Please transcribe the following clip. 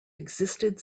existed